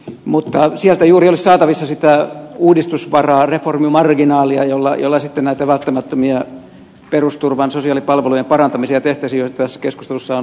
mutta sieltä juuri olisi saatavissa sitä uudistusvaraa reformimarginaalia jolla tehtäisiin näitä välttämättömiä perusturvan sosiaalipalvelujen parantamisia joita tässä keskustelussa on lukuisia käsitelty